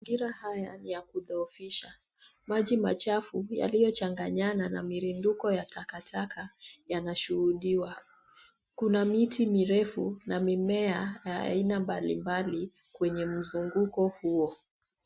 Mazingira haya ya kutofisha. Maji machafu yaliyochanganyana na mirundiko ya takataka yanashuhudiwa. Kuna miti mirefu na mimea aina mbalimbali kwenye mzunguko huo.